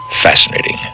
fascinating